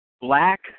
black